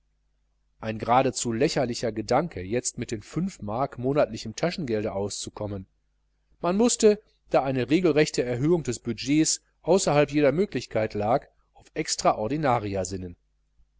ein geradezu lächerlicher gedanke jetzt mit den fünf mark monatlichem taschengelde auszukommen man mußte da eine regelrechte erhöhung des budgets außerhalb jeder möglichkeit lag auf extraordinaria sinnen